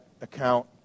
account